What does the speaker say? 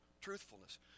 truthfulness